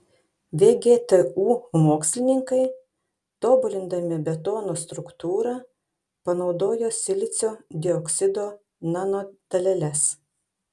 vgtu mokslininkai tobulindami betono struktūrą panaudojo silicio dioksido nanodaleles